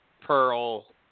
pearl